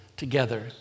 together